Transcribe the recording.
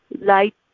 light